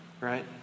right